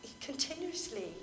continuously